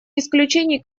исключений